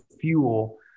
fuel